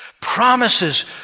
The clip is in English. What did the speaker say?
promises